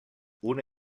una